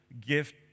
gift